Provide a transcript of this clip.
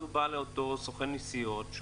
הוא בא לאותו סוכן נסיעות.